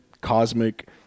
cosmic